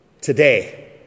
today